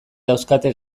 dauzkate